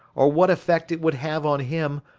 or what effect it would have on him,